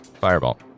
fireball